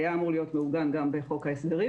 זה היה אמור להיות מעוגן גם בחוק ההסדרים.